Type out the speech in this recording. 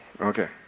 Okay